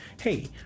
hey